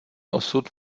osud